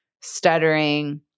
stuttering